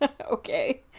okay